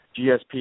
GSP